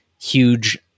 huge